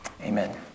amen